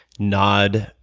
nod,